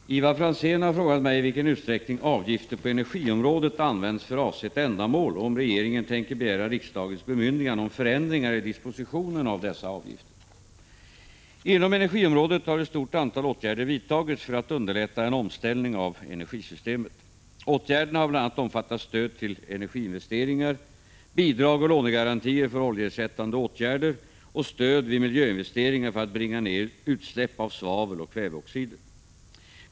Herr talman! Ivar Franzén har frågat mig i vilken utsträckning avgifter på energiområdet används för avsett ändamål och om regeringen tänker begära riksdagens bemyndigande om förändringar i dispositionen av dessa avgifter. Inom energiområdet har ett stort antal åtgärder vidtagits för att underlätta en omställning av energisystemet. Åtgärderna har bl.a. omfattat stöd till energiinvesteringar, bidrag och lånegarantier för oljeersättande åtgärder och stöd vid miljöinvesteringar för att bringa ned utsläpp av svavel och kväveoxider.